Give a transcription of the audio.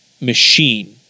machine